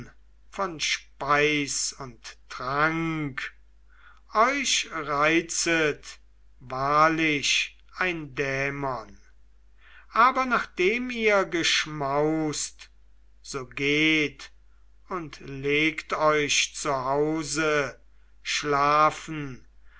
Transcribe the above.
von speis und trank euch reizet wahrlich ein dämon aber nachdem ihr geschmaust so geht und legt euch zu hause schlafen